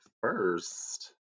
first